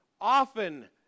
often